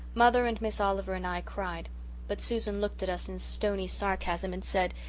mother and miss oliver and i cried but susan looked at us in stony sarcasm and said,